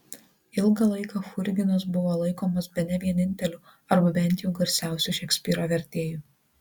ilgą laiką churginas buvo laikomas bene vieninteliu arba bent jau garsiausiu šekspyro vertėju